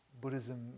Buddhism